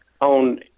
on